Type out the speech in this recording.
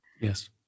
Yes